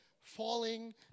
falling